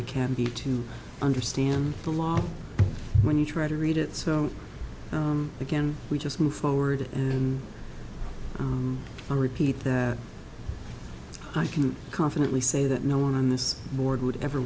you can be to understand the law when you try to read it so again we just move forward and for repeat that i can confidently say that no one on this board would ever